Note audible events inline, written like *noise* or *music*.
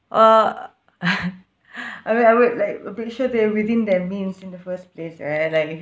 uh *laughs* I mean I mean like I'm pretty sure they're within their means in the first place right like if